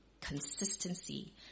consistency